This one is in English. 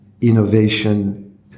innovation